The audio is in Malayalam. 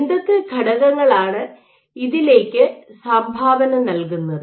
എന്തൊക്കെ ഘടകങ്ങളാണ് ഇതിലേക്ക് സംഭാവന നൽകുന്നത്